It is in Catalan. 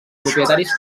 propietaris